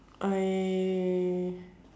I